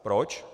Proč?